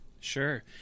Sure